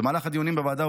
במהלך הדיונים בוועדה,